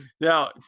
Now